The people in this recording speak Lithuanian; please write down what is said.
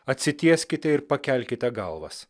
atsitieskite ir pakelkite galvas